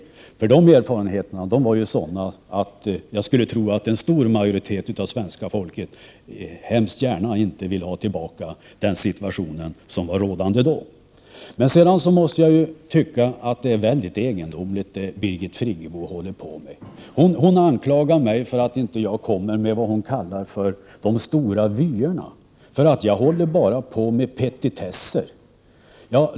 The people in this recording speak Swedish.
Erfarenheterna från den tiden då vi hade borgerliga regeringar är sådana att jag skulle tro att en stor majoritet av svenska folket absolut inte vill ha tillbaka den situation som då var rådande. Jag tycker att Birgit Friggebo håller på med något mycket egendomligt. Hon anklagar mig för att jag inte kommer med vad hon kallar ”de stora vyerna” utan bara ägnar mig åt petitesser.